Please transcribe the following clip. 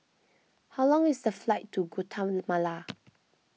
how long is the flight to Guatemala